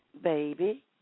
Baby